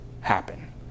happen